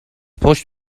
پشت